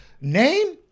name